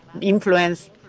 influence